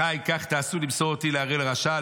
אחיי, כך תעשו למסור אותי לערל רשע?